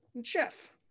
Jeff